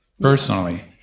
personally